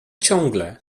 ciągle